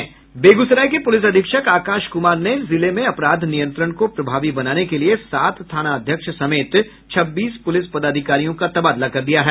बेगूसराय के पुलिस अधीक्षक आकाश कुमार ने जिले में अपराध नियंत्रण को प्रभावी बनाने के लिए सात थाना अध्यक्ष समेत छब्बीस पूलिस पदाधिकारियों का तबादला कर दिया है